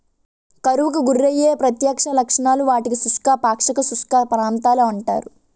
కరువుకు గురయ్యే ప్రత్యక్ష లక్షణాలు, వాటిని శుష్క, పాక్షిక శుష్క ప్రాంతాలు అంటారు